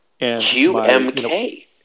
QMK